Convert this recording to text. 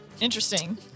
Interesting